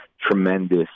tremendous